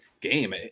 game